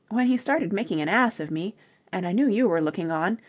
when he started making an ass of me and i knew you were looking on.